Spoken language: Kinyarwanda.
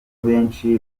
benshi